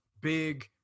big